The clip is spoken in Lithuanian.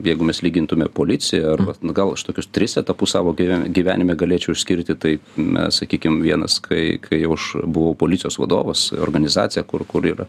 jeigu mes lygintume policiją arba gal aš tokius tris etapus savo gyven gyvenime galėčiau išskirti tai na sakykim vienas kai kai jau aš buvau policijos vadovas organizacija kur kur yra